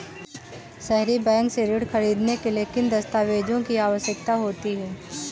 सहरी बैंक से ऋण ख़रीदने के लिए किन दस्तावेजों की आवश्यकता होती है?